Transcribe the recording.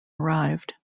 arrived